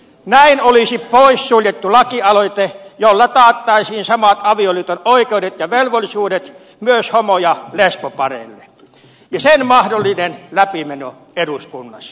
näin olisi poissuljettu lakialoite jolla taattaisiin samat avioliiton oikeudet ja velvollisuudet myös homo ja lesbopareille ja sen mahdollinen läpimeno eduskunnassa